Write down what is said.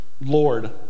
Lord